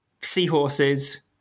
seahorses